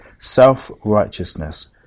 self-righteousness